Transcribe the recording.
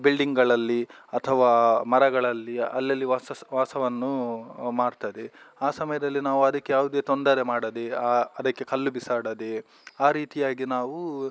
ಬಿಲ್ಡಿಂಗ್ಗಳಲ್ಲಿ ಅಥವಾ ಮರಗಳಲ್ಲಿ ಅಲ್ಲಲ್ಲಿ ವಾಸ ವಾಸವನ್ನು ಮಾಡ್ತದೆ ಆ ಸಮಯದಲ್ಲಿ ನಾವು ಅದಕ್ಕೆ ಯಾವುದೇ ತೊಂದರೆ ಮಾಡದೆ ಆ ಅದಕ್ಕೆ ಕಲ್ಲು ಬಿಸಾಡದೇ ಆ ರೀತಿಯಾಗಿ ನಾವು